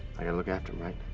i gotta look after him, right?